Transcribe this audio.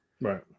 Right